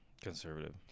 Conservative